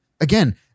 again